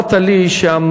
אמרת לי שהמע"מ,